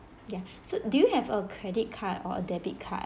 ya so do you have a credit card or debit card